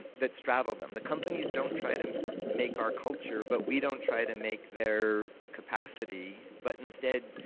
that straddle them. the companies don't try to make our culture, but we don't try to make their capacity, but instead,